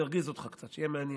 נרגיז אותך קצת, שיהיה מעניין.